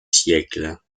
siècle